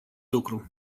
lucru